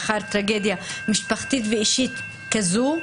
לאחר טרגדיה משפחתית ואישית כזו,